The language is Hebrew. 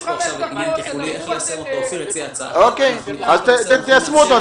יש פה עניין תפעולי, איך ליישם אותו.